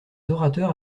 orateurs